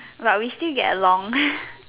but we still get along